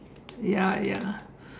ya ya